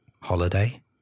holiday